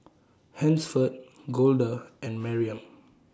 Hansford Golda and Mariam